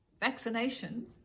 vaccination